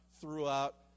throughout